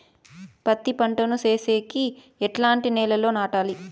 పత్తి పంట ను సేసేకి ఎట్లాంటి నేలలో నాటాలి?